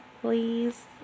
please